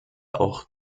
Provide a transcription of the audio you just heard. auch